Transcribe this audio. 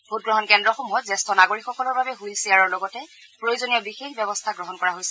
ভোটগ্ৰহণ কেন্দ্ৰসমূহত জ্যেষ্ঠ নাগৰিকসকলৰ বাবে হুইল চেয়াৰৰ লগতে প্ৰয়োজনীয় বিশেষ ব্যৱস্থা গ্ৰহণ কৰা হৈছে